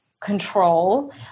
control